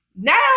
Now